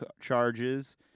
charges